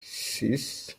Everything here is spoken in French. six